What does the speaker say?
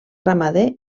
ramader